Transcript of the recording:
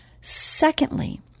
Secondly